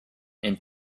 and